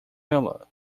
ela